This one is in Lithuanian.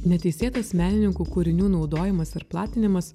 neteisėtas menininkų kūrinių naudojimas ar platinimas